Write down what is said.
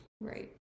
Right